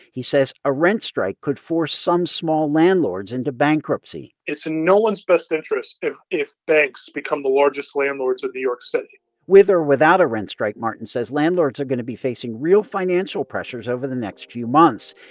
he says a rent strike could force some small landlords into bankruptcy it's in no one's best interest if if banks become the largest landlords of new york city with or without a rent strike, martin says, landlords are going to be facing real financial pressures over the next few months.